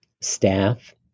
staff